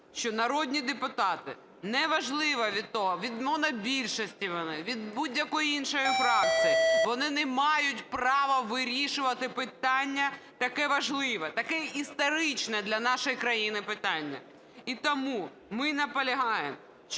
що народні депутати, не важливо, чи то від монобільшості вони, із будь-якої фракції, вони не мають права вирішувати питання таке важливе, таке історичне для нашої країни питання. І тому ми наполягаємо,